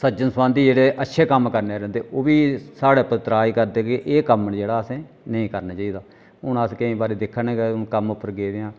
सज्जन सरबंधी जेह्ड़े अच्छे कम्म करने आह्ले होंदे ओह् बी साढ़े पर तराज करदे कि एह् कम्म जेह्ड़ा असें नेईं करना चाहिदा हून अस केईं बारी दिक्खै ने कि हून कम्म उप्पर गेदे आं